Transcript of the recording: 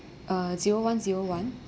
uh zero one zero one